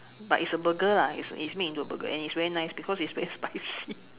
but is a burger lah it it's made into a burger but is very nice because is very spicy